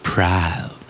Proud